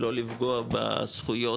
לא לפגוע בזכויות,